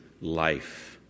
life